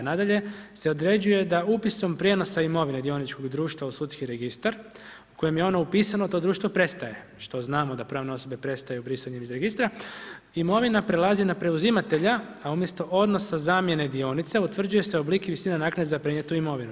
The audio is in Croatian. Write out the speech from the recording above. Nadalje, se određuje da upisom prijenosa imovine dioničkog društva u sudski registar, u kojem je ono upisano, to društvo prestaje, što znamo da pravne osobe prestaju brisanjem iz registra, imovina prelazi na preuzimatelja, a umjesto odnosa zamjene dionice, utvrđuje se oblik i visina naknadne za prenijetu imovinu.